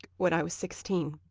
when i was sixteen.